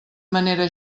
manera